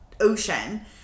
ocean